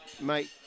mate